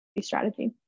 strategy